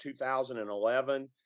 2011